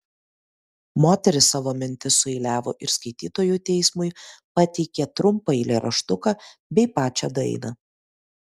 moteris savo mintis sueiliavo ir skaitytojų teismui pateikė trumpą eilėraštuką bei pačią dainą